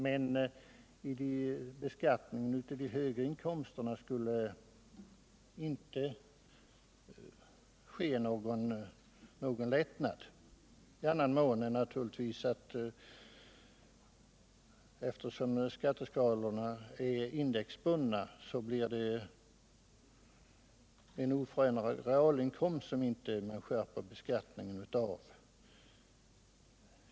Men i beskattningen av de högre inkomsterna skulle inte ske någon lättnad i annan mån än att det, eftersom skatteskalorna är indexbundna, blir en oförändrad realinkomst, och man kan inte skärpa beskattningen av den.